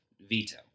veto